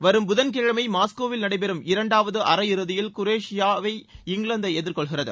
வரும் புதன்கிழமை மாஸ்கோவில் நடைபெறும் இரண்டாவது அரையிறதியில் குரேஷியாவை இங்கிலாந்து எதிர்கொள்கிறது